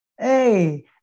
Hey